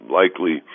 likely